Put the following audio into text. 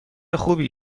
خوبی